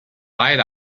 light